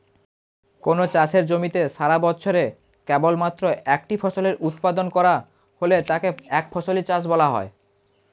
কোনও চাষের জমিতে সারাবছরে কেবলমাত্র একটি ফসলের উৎপাদন করা হলে তাকে একফসলি চাষ বলা হয়